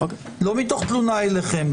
לא מתוך תלונה אליכם.